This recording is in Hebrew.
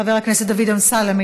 חבר הכנסת דוד אמסלם,